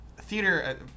theater